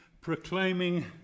proclaiming